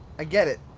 i get it.